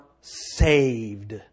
saved